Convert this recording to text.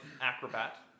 acrobat